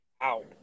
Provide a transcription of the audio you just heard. out